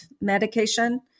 medication